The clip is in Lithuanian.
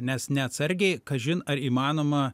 nes neatsargiai kažin ar įmanoma